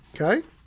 Okay